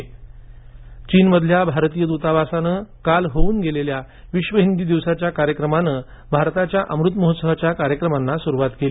चीन विश्व हिंदी दिवस चीनमधल्या भारतीय दूतावासानं काल होऊन गेलेल्या विश्व हिंदी दिवसाच्या कार्यक्रमानं भारताच्या अमूत महोत्सवाच्या कार्यक्रमांना सुरुवात केली